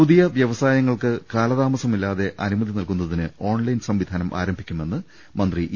പുതിയ വ്യവസായങ്ങൾക്ക് കാലതാമസമില്ലാതെ അനുമതി നൽകുന്നതിന് ഓൺലൈൻ സംവിധാനം ആരംഭിക്കുമെന്ന് മന്ത്രി ഇ